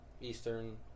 Eastern